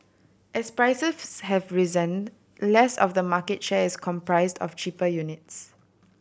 as prices have risen less of the market share is comprised of cheaper units